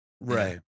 Right